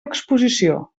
exposició